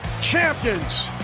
champions